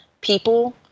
people